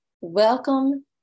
welcome